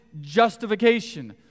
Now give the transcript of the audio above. justification